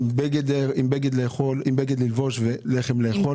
עם בגד ללבוש ולחם לאכול.